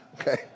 okay